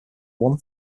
one